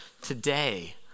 today